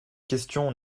question